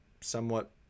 somewhat